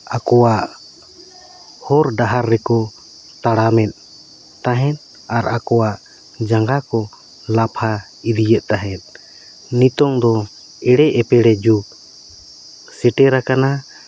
ᱟᱠᱚᱣᱟᱜ ᱦᱚᱨ ᱰᱟᱦᱟᱨ ᱨᱮᱠᱚ ᱛᱟᱲᱟᱢᱮᱫ ᱛᱟᱦᱮᱸᱫ ᱟᱨ ᱟᱠᱚᱣᱟᱜ ᱡᱟᱸᱜᱟ ᱠᱚ ᱞᱟᱯᱷᱟ ᱤᱫᱤᱭᱮᱫ ᱛᱟᱦᱮᱸᱫ ᱱᱤᱛᱳᱝ ᱫᱚ ᱮᱲᱮ ᱮᱯᱮᱲᱮ ᱡᱩᱜᱽ ᱥᱮᱴᱮᱨᱟᱠᱟᱱᱟ